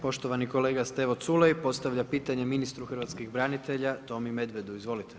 Poštovani kolega Stevo Culej postavlja pitanje ministru hrvatskih branitelja Tomi Medvedu, izvolite.